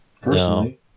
personally